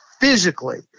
physically